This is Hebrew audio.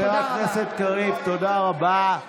תודה רבה.